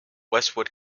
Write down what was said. westwood